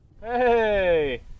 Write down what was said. Hey